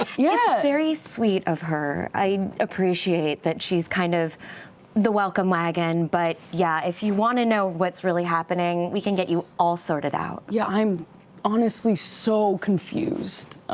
ah yeah very sweet of her. i appreciate that she's kind of the welcome wagon, but yeah, if you want to know what's really happening, we can get you all sorted out. ally yeah, i'm honestly so confused.